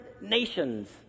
nations